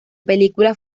película